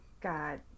god